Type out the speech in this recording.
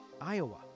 Iowa